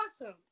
awesome